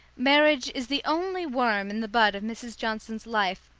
marriage is the only worm in the bud of mrs. johnson's life,